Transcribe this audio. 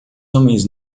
homens